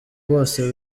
bose